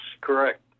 correct